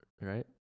right